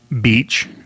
beach